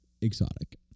Exotic